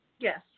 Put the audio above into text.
Yes